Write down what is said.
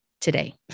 today